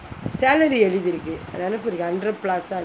salary எழுதிருக்கு நெனப்பு இருக்கு:ezhutirukku nenappu irukku hundred plus ah